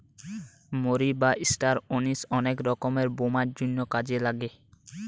মৌরি বা star anise অনেক রকমের ব্যামোর জন্যে কাজে লাগছে